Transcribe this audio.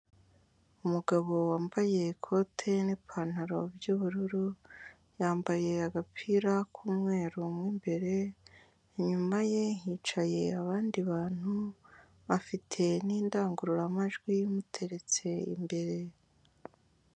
Umugabo wambaye ikote n'ipantaro by'ubururu yambaye agapira k'umweru umwe imbere, inyuma ye hicaye abandi bantu afite n'indangururamajwi imuteretse imbere.